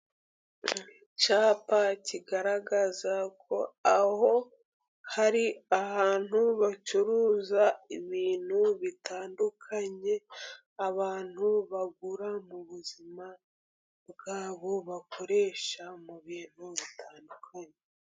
Icyapa kigaragaza ko aho hari ahantu bacuruza ibintu bitandukanye abantu bagura mu buzima bwabo, bakoresha mu bintu bitandukanye.